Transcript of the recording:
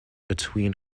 between